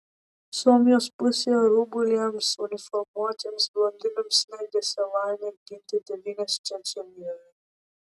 suomijos pusėje rubuiliams uniformuotiems blondinams negrėsė laimė ginti tėvynės čečėnijoje